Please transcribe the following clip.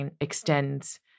extends